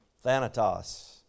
thanatos